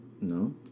No